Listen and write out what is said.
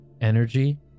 energy